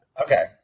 Okay